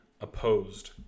opposed